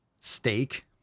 steak